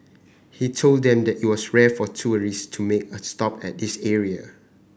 he told them that it was rare for tourist to make a stop at this area